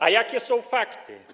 A jakie są fakty?